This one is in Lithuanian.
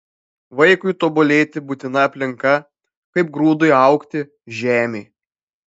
vaikui tobulėti būtina aplinka kaip grūdui augti žemė